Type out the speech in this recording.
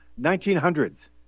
1900s